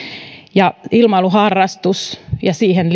ilmailuharrastus ja siihen